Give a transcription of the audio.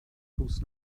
bus